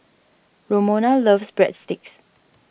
Romona loves Breadsticks